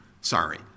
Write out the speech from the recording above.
Sorry